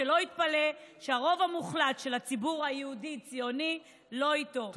שלא יתפלא שהרוב המוחלט של הציבור היהודי ציוני לא איתו.